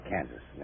Kansas